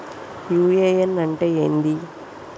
UAN అంటే ఏంది?